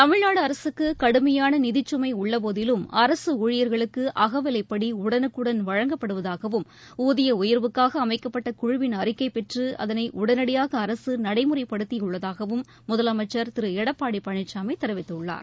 தமிழ்நாடு அரசுக்கு கடுமையான நிதிக்கமை உள்ள போதிலும் அரசு ஊழியர்களுக்கு அகவிலைப்படி உடனுக்குடன் வழங்கப்படுவதாகவும் ஊதிய உயர்வுக்காக அமைக்கப்பட்ட குழுவின் அறிக்கை பெற்று அதனை உடனடியாக அரசு நடைமுறைப்படுத்தியுள்ளதாகவும் முதலமைச்சர் திரு எடப்பாடி பழனிசாமி தெரிவித்துள்ளார்